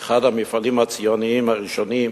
באחד המפעלים הציוניים הראשונים,